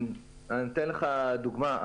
אני אתן לך דוגמה.